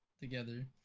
together